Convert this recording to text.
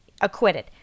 acquitted